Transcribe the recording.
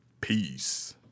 Peace